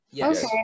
Okay